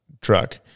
truck